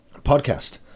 podcast